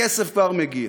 הכסף כבר מגיע.